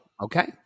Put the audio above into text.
okay